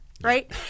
right